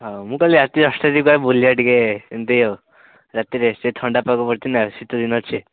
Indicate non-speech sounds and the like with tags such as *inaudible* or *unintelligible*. ହଁ ମୁଁ କହିଲି ରାତି ଦଶଟା *unintelligible* ବୁଲିବା ଟିକେ ଏମିତି ଆଉ ରାତିରେ ସେ ଥଣ୍ଡା ପାଗ ପଡ଼ିଛି ନା ଶୀତ ଦିନ ଅଛି